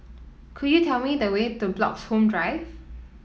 could you tell me the way to Bloxhome Drive